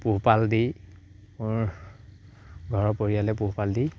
পোহপাল দি মোৰ ঘৰৰ পৰিয়ালে পোহপাল দি